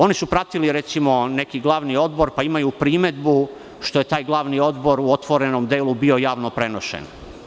Oni su pratili, recimo, neki glavni odbor pa imaju primedbu što je taj glavni odbor u otvorenom delu bio javno prenošen.